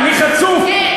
אני חצוף, כן.